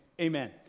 amen